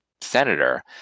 senator